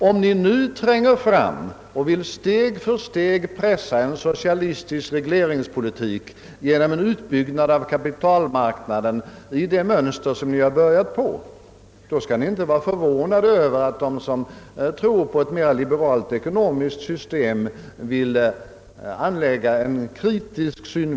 Om ni nu åter tränger på och steg för steg vill pressa fram en socialistisk regleringspolitik genom en uppdelning och dirigering av kapitalmarknaden enligt det mönster som ni påbörjat, då skall ni inte bli förvånade över att de som tror på ett mera liberalt ekonomiskt system anlägger en kritisk syn.